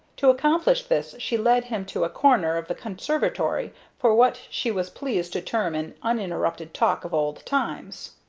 to accomplish this she led him to a corner of the conservatory for what she was pleased to term an uninterrupted talk of old times,